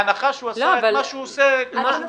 בהנחה שהוא עשה את מה שהוא מחויב לעשות.